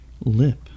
lip